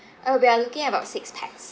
oh we are looking at about six pax